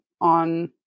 on